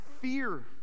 fear